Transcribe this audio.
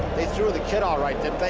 they threw the kid all right, didn't but